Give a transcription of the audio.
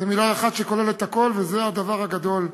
זו מילה אחת שכוללת הכול, וזה הדבר הגדול בחב"ד: